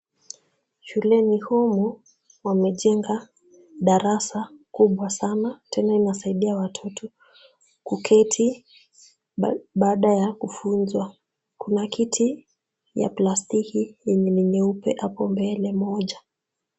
Shuleni humu wamejenga darasa kubwa sana, tena inasaidia watoto kuketi baada ya kufunzwa, kuna kiti ya plastiki yenye ni nyeupe hapo mbele moja.